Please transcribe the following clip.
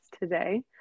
today